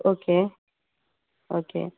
okay okay